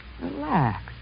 Relax